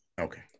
okay